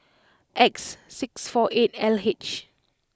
X six four eight L H